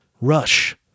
rush